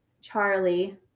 Charlie